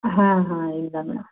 ಹಾಂ ಹಾಂ ಇಲ್ಲ ಮೇಡಮ್